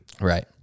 Right